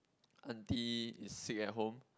aunty is sick at home